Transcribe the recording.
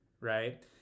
right